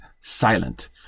silent